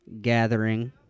gathering